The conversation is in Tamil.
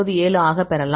097 ஆகப் பெறலாம்